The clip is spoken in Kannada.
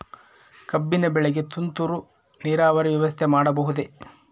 ಕಬ್ಬಿನ ಬೆಳೆಗೆ ತುಂತುರು ನೇರಾವರಿ ವ್ಯವಸ್ಥೆ ಮಾಡಬಹುದೇ?